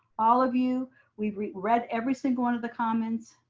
all of you we've re read every single one of the comments,